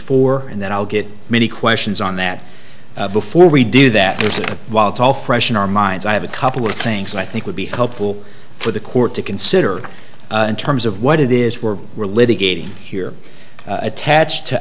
four and then i'll get many questions on that before we do that is that while it's all fresh in our minds i have a couple of things i think would be helpful for the court to consider in terms of what it is we're we're litigating here attached to